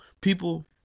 people